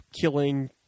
killing